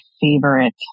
favorite